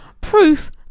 proof